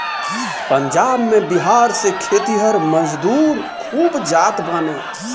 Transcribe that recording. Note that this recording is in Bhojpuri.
पंजाब में बिहार से खेतिहर मजूर खूब जात बाने